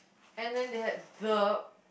and then they had the